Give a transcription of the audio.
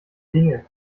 dinge